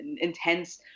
intense